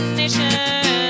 nation